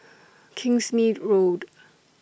Kingsmead Road